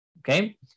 Okay